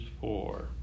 four